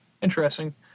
interesting